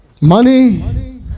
Money